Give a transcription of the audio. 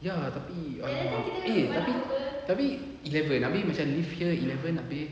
ya tapi ah one hour eh tapi tapi eleven abeh macam leave here eleven abeh